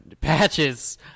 Patches